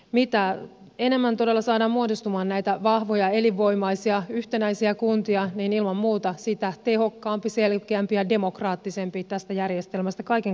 mitä enemmän todella saadaan muodostumaan näitä vahvoja elinvoimaisia yhtenäisiä kuntia niin ilman muuta sitä tehokkaampi selkeämpi ja demokraattisempi tästä järjestelmästä kaiken kaikkiaan saadaan muodostettua